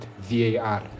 VAR